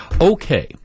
Okay